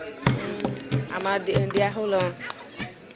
আমাৰ দি দিয়া হ'ল অঁ